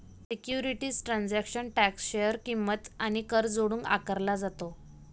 securities transaction tax share किंमत आणि कर जोडून आकारला जातो